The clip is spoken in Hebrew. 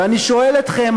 ואני שואל אתכם,